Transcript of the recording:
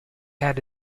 had